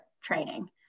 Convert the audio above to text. training